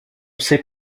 sait